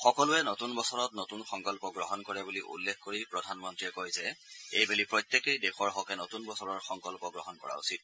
সকলোৱে নতুন বছৰত নতুন সংকল্প গ্ৰহণ কৰে বুলি উল্লেখ কৰি প্ৰধানমন্ত্ৰীয়ে কয় যে এইবেলি আমি প্ৰত্যেকেই দেশৰ হকে নতুন বছৰৰ সংকল্প গ্ৰহণ কৰা উচিত